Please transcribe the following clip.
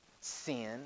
sin